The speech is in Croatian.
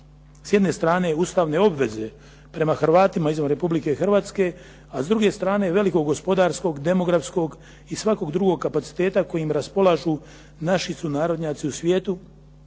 s jedne strane ustavne obveze prema Hrvatima izvan Republike Hrvatske a s druge strane velikog gospodarskog, demografskog i svakog drugog kapaciteta kojim raspolažu naši sunarodnjaci u svijetu.